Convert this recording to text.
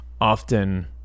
often